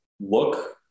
look